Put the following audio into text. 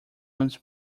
once